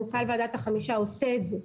מנכ"ל ועדת החמישה עושה את זה.